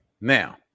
Now